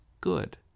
good